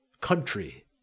country